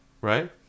Right